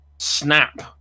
Snap